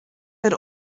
had